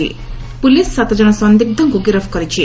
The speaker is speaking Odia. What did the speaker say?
ପୋଲିସ ସାତଜଣ ସନ୍ଦିଗ୍ଧଙ୍କୁ ଗିରଫ କରିଛି